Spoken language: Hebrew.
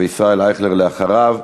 וישראל אייכלר אחריו.